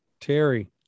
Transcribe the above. Terry